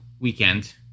weekend